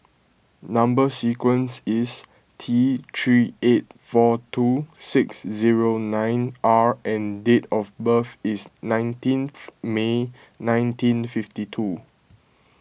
Number Sequence is T three eight four two six zero nine R and date of birth is nineteen May nineteen fifty two